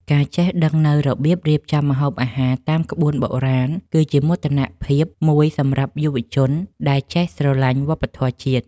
ការចេះដឹងនូវរបៀបរៀបចំម្ហូបអាហារតាមក្បួនបុរាណ គឺជាមោទនភាពមួយសម្រាប់យុវជនដែលចេះស្រឡាញ់វប្បធម៌ជាតិ។